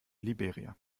liberia